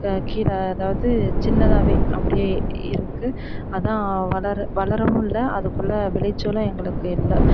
க கீழே அதாவது சின்னதாகவே அப்படியே இருக்குது அதுதான் வளர வளரவும் இல்லை அதுக்குள்ளே விளைச்சலும் எங்களுக்கு இல்லை